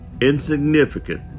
insignificant